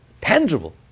tangible